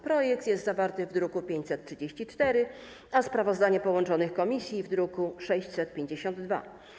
Projekt jest zawarty w druku nr 534, a sprawozdanie połączonych komisji - w druku nr 652.